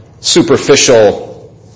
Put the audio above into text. superficial